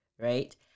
right